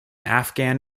afghan